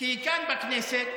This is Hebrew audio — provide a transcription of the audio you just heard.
כי כאן בכנסת